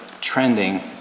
trending